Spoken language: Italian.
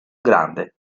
grande